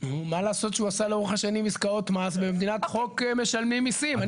מה לעשות שהוא עשה לאורך השנים עסקאות מס ובמדינת חוק משלמים מסים.